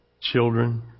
children